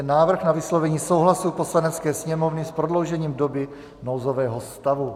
Návrh na vyslovení souhlasu Poslanecké sněmovny s prodloužením doby nouzového stavu